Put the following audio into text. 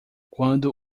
quando